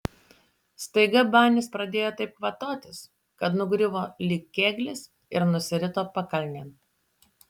staiga banis pradėjo taip kvatotis kad nugriuvo lyg kėglis ir nusirito pakalnėn